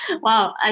Wow